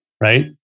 right